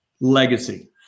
legacy